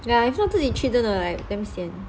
ya if not 自己去真的 damn sian